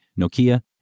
Nokia